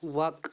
وق